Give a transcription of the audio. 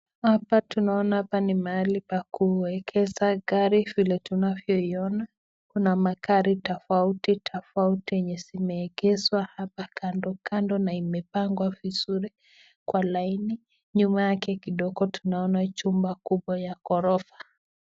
Hapa tunaona hapa ni mahali pa kuwekeza gari, vile tunavyoiona, kuna magari tofauti tofauti enye zimeegezwa hapa kando kando na imepangwa vizuri kwa laini, nyuma yake kidogo tunaona chumba kubwa ya ghorofa.